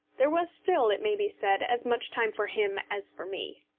there was still, it may be said, as much time for him as for me.